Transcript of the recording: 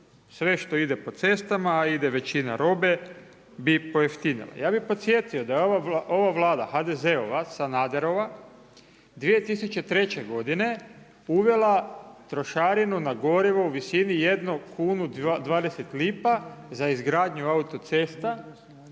Sve što ide po cestama, a ide većina robe, bi pojeftinila. Ja bi podsjetio da je ova Vlada HDZ-ova, Sanaderova, 2003. godine uvela trošarinu na gorivo u visini 1 kunu 20 lipa za izgradnju autocesta,